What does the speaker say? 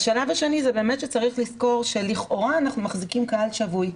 השלב השני זה באמת שצריך לזכור שלכאורה אנחנו מחזיקים קהל שבוי,